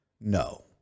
No